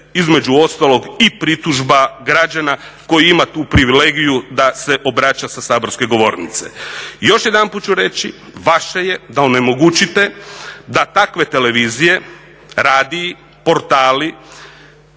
između ostalog i pritužba građana koji ima tu privilegiju da se obraća sa saborske govornice. Još jedanput ću reći, vaše je da onemogućite da takve televizije, radiji, portali